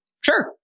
sure